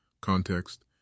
context